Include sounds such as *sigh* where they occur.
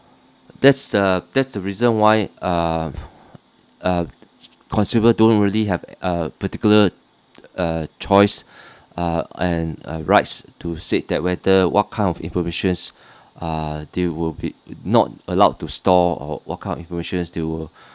that's the that's the reason why um uh consumer don't really have uh particular uh choice *breath* uh and uh rights to say that whether what kind of informations *breath* uh they would be not allowed to store or what kind of informations they would *breath*